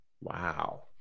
Wow